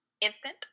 Instant